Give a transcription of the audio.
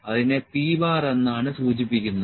അതിനെ p എന്നാണ് സൂചിപ്പിക്കുന്നത്